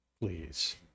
please